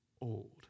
old